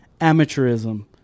amateurism